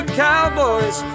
cowboys